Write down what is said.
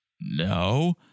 no